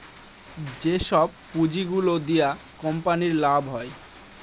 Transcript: যেসব পুঁজি গুলো দিয়া কোম্পানির লাভ হয়